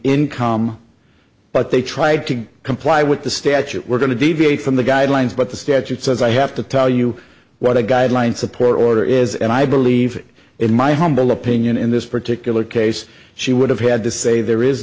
income but they tried to comply with the statute we're going to deviate from the guidelines but the statute says i have to tell you what a guideline support order is and i believe in my humble opinion in this particular case she would have had to say there is